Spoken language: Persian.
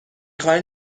خاین